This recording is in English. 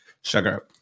sugar